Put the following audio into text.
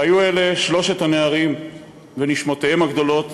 היו אלה שלושת הנערים ונשמותיהם הגדולות